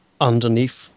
underneath